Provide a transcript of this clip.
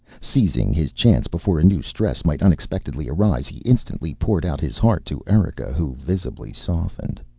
seizing his chance before a new stress might unexpectedly arise, he instantly poured out his heart to erika, who visibly softened.